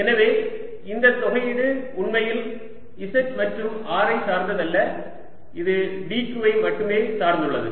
எனவே இந்த தொகையீடு உண்மையில் z மற்றும் R ஐ சார்ந்தது அல்ல இது dq ஐ மட்டுமே சார்ந்துள்ளது